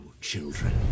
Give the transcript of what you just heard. children